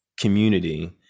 community